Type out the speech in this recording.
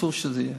אסור שזה יהיה.